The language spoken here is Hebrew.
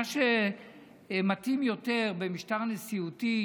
מה שמתאים יותר במשטר נשיאותי,